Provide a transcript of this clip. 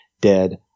dead